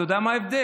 אתה יודע מה ההבדל?